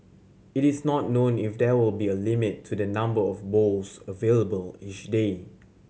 it is not known if there will be a limit to the number of bowls available each day